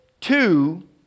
two